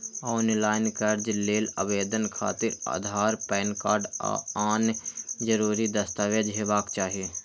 ऑनलॉन कर्ज लेल आवेदन खातिर आधार, पैन कार्ड आ आन जरूरी दस्तावेज हेबाक चाही